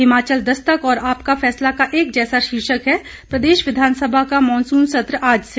हिमाचल दस्तक और आपका फैसला का एक जैसा शीर्षक है प्रदेश विधानसभा का मानसून सत्र आज से